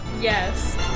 Yes